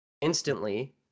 instantly